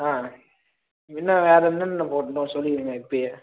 ஆ இன்னும் வேறு என்னென்ன போடணும் சொல்லிவிடுங்க இப்போயே